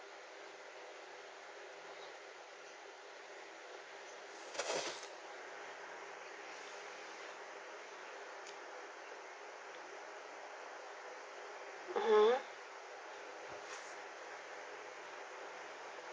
mmhmm